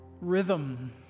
rhythm